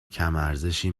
کمارزشی